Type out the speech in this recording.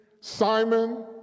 Simon